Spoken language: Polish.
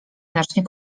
znacznie